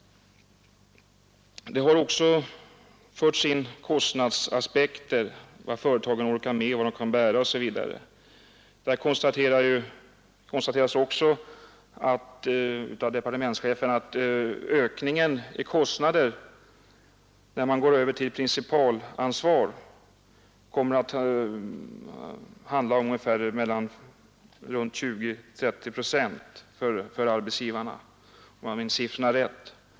Det har också förts in kostnadsaspekter, vad företagen orkar med, vad de kan bära osv. Där konstateras också av departmentschefen att ökningen i kostnader när man går över till principalansvar kommer att handla om någonting runt 20-30 procent för arbetsgivarna, om jag minns siffrorna rätt.